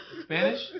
Spanish